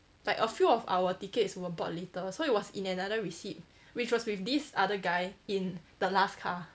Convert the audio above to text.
like a few of our tickets were bought later so it was in an another receipt which was with this other guy in the last car